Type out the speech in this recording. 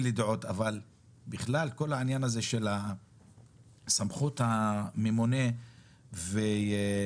אבל בכלל כל העניין הזה של הסמכות הממונה והמתן